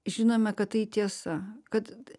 žinome kad tai tiesa kad